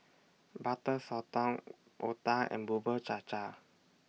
Butter Sotong Otah and Bubur Cha Cha